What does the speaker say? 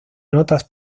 notas